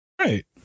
right